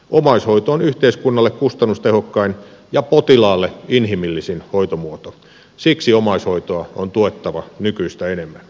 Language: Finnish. omaishoito on yhteiskunnalle kustannustehokkain ja potilaalle inhimillisin hoitomuoto siksi omaishoitoa on tuettava nykyistä enemmän